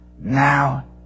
Now